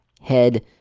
head